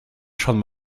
schon